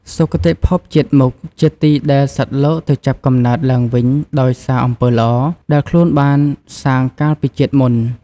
សុគតិភពជាតិមុខ ជាទីដែលសត្វលោកទៅចាប់កំណើតឡើងវិញដោយសារអំពើល្អ ដែលខ្លួនបានសាងកាលពីជាតិមុន។